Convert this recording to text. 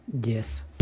Yes